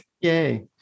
Yay